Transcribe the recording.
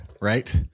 right